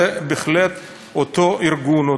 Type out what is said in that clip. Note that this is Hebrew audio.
זה בהחלט אותו ארגון,